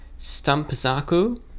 stumpzaku